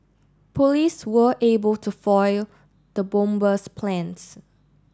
police were able to foil the bomber's plans